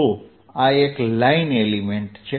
તો આ એક લાઇન એલિમેન્ટ છે